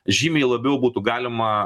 žymiai labiau būtų galima